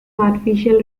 artificial